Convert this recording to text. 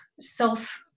self